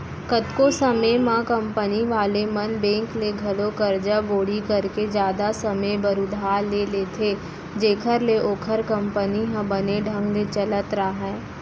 कतको समे म कंपनी वाले मन बेंक ले घलौ करजा बोड़ी करके जादा समे बर उधार ले लेथें जेखर ले ओखर कंपनी ह बने ढंग ले चलत राहय